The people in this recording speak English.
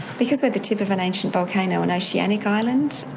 because we're the tip of an ancient volcano, an oceanic island,